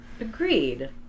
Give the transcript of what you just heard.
agreed